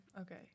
Okay